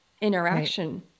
interaction